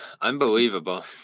Unbelievable